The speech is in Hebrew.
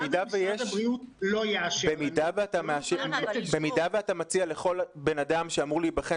במידה ואתה מציע לכל אדם שאמור להיבחן